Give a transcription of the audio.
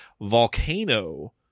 Volcano